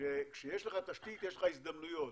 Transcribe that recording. כשיש לך תשתית, יש לך הזדמנויות.